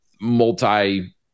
multi